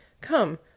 Come